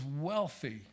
wealthy